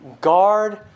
guard